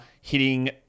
hitting